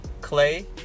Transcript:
Clay